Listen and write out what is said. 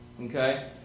Okay